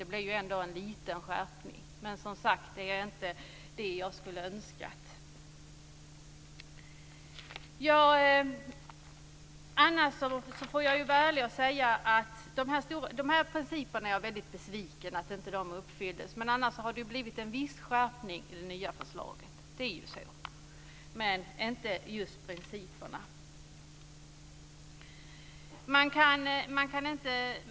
Det blir ju ändå en liten skärpning. Men det är som sagt inte det jag hade önskat. Annars får jag vara ärlig och säga att även om jag är väldigt besviken över att de här principerna inte uppfylldes har det ju blivit en viss skärpning i det nya förslaget. Det är ju så. Men det gäller inte just i fråga om principerna.